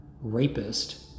rapist